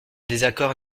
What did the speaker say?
désaccord